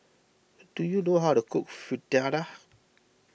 do you know how to cook Fritada